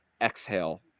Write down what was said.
exhale